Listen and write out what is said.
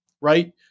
right